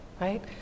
right